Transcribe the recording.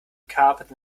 carpet